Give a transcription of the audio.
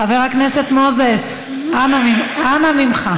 חבר הכנסת מוזס, אנא ממך.